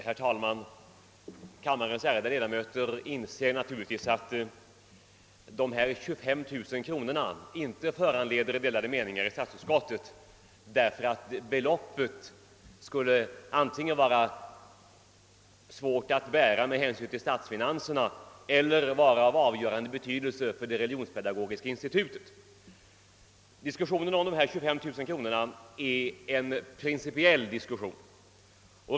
Herr talman! Kammarens ärade ledamöter inser naturligtvis att detta yrkande om 25 000 kronor inte föranlett delade meningar i statsutskottet därför att statsfinanserna skulle ha svårt att bära detta belopp eller därför att beloppet skulle vara av avgörande betydelse för Religionspedagogiska institutet. Diskussionen om dessa 25 000 kronor är principiell.